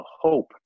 hope